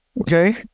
Okay